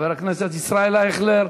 חבר הכנסת ישראל אייכלר,